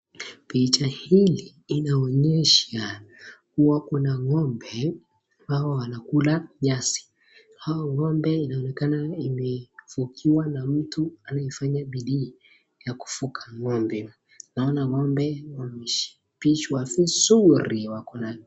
Kuna ng'ombe ambao wanakula nyasi hao ng'ombe wanaonekana wamefugwa na mtu anayefanya bidii ya kufuga ng'ombe naona ng'ombe wameshibishwa vizuri.